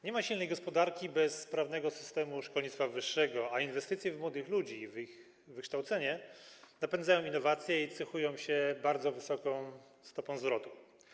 Nie ma silnej gospodarki bez sprawnego systemu szkolnictwa wyższego, a inwestycje w młodych ludzi, w ich wykształcenie napędzają innowacje i cechują się bardzo wysoką stopą zwrotu.